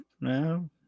no